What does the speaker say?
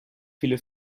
viele